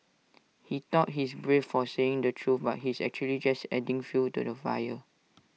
he thought he's brave for saying the truth but he's actually just adding fuel to the fire